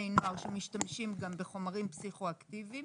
נוער שמשתמשים גם בחומרים פסיכואקטיביים